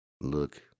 Look